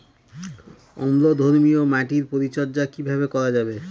অম্লধর্মীয় মাটির পরিচর্যা কিভাবে করা যাবে?